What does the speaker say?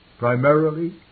Primarily